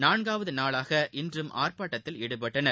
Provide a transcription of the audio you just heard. நான்காவது நாளாக இன்றும் ஆர்ப்பாட்டத்தில் ஈடுபட்டனர்